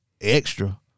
extra